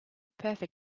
perfect